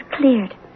cleared